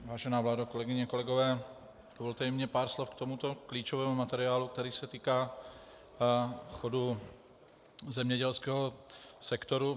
Vážená vládo, kolegyně, kolegové, dovolte i mně pár slov k tomuto klíčovému materiálu, který se týká chodu zemědělského sektoru.